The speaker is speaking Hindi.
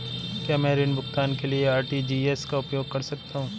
क्या मैं ऋण भुगतान के लिए आर.टी.जी.एस का उपयोग कर सकता हूँ?